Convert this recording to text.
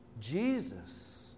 Jesus